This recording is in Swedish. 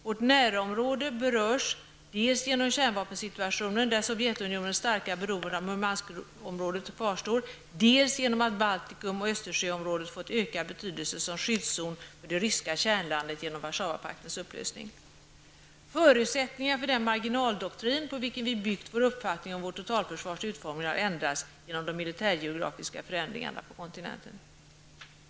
Vårt närområde berörs dels genom kärnvapensituationen, där Sovjetunionens starka beroende av Murmanskområdet kvarstår, dels genom att Baltikum och Östersjöområdet fått ökad betydelse som skyddszon för det ryska kärnlandet genom Warszawapaktens upplösning. Förutsättningarna för den marginaldoktrin på vilken vi byggt vår uppfattning om vårt totalförsvars utformning har ändrats genom de militärgeografiska förändringarna på kontinenten.